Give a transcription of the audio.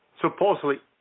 supposedly